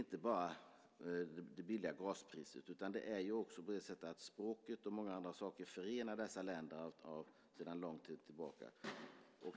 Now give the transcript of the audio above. Inte bara lågt gaspris utan också språket och många andra saker förenar dessa länder sedan en lång tid tillbaka.